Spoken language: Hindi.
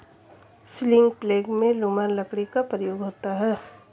सीलिंग प्लेग में लूमर लकड़ी का प्रयोग होता है